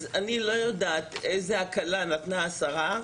אז אני לא יודעת איזו הקלה נתנה השרה,